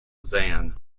zan